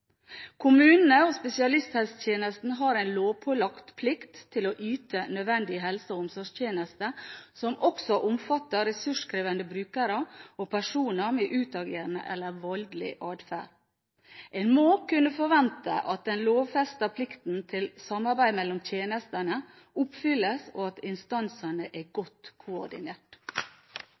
Kommunene og spesialisthelsetjenesten har en lovpålagt plikt til å yte nødvendige helse- og omsorgstjenester, som også omfatter ressurskrevende brukere og personer med utagerende eller voldelig atferd. En må kunne forvente at den lovfestede plikten til samarbeid mellom tjenestene oppfylles, og at instansene er godt koordinert.